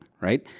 right